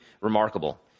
remarkable